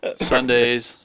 Sundays